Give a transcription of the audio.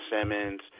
Simmons